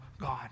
God